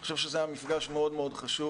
אני חושב שזה היה מפגש מאוד מאוד חשוב.